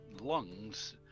lungs